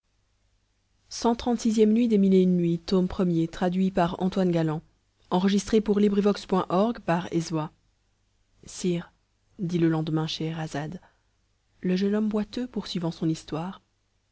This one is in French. sire dit le lendemain scheherazade le jeune nomme boiteux poursuivant son histoire